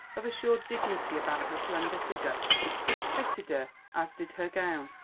of assured dignity about her slender figure which fitted her as did her gown.